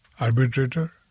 arbitrator